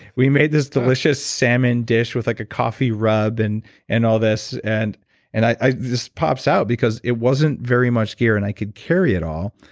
we made this delicious salmon dish with like a coffee rub, and and all this. and and this pops out because it wasn't very much gear and i could carry it all.